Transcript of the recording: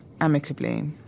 amicably